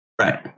Right